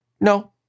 No